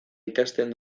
ikasten